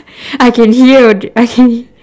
I can hear I can h~